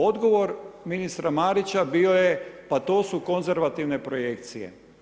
Odgovor ministra Marića bio je pa to su konzervativne projekcije.